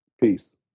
Peace